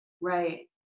Right